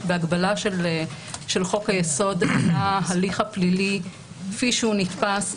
בהגבלה של חוק-היסוד מבחינת ההליך הפלילי כפי שהוא נתפש,